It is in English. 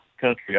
country